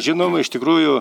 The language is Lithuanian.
žinoma iš tikrųjų